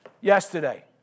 yesterday